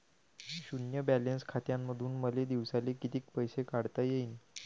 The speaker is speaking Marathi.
शुन्य बॅलन्स खात्यामंधून मले दिवसाले कितीक पैसे काढता येईन?